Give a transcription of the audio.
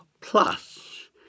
plus